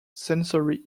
sensory